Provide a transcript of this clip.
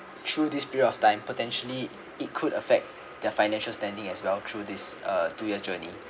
through this period of time potentially it could affect their financial standing as well through this uh to your journey